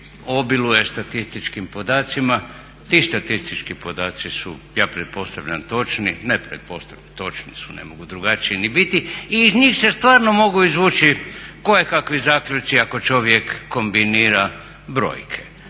obiluje statističkim podacima, ti statistički podaci su, ja pretpostavljam točni, ne pretpostavljam, točni su, ne mogu drugačiji ni biti i iz njih se stvarno mogu izvući kojekakvi zaključci ako čovjek kombinira brojke.